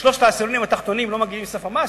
ששלושת העשירונים התחתונים לא מגיעים לסף המס,